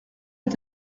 est